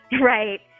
right